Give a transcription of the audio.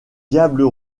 diables